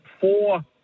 four